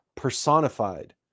personified